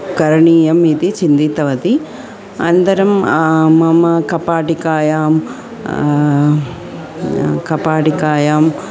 करणीयम् इति चिन्तितवती अनन्तरं मम कपाटिकायां कपाटिकायाम्